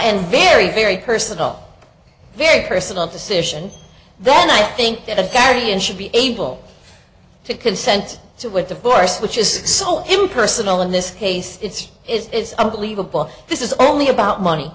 and very very personal very personal decision then i think that a guardian should be able to consent so we're divorced which is so impersonal in this case it's it's unbelievable this is only about money